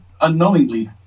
unknowingly